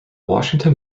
washington